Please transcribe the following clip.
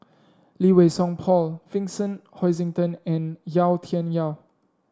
Lee Wei Song Paul Vincent Hoisington and Yau Tian Yau